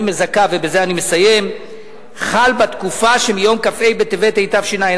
מזכה חל בתקופה שמיום כ"ה בטבת התשע"א,